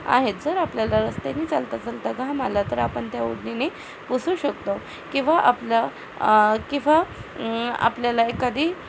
आहेत जर आपल्याला रस्त्याने चालता चालता घाम आला तर आपण त्या ओढणीने पुसू शकतो किंवा आपलं किंवा आपल्याला एखादी